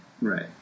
right